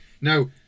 now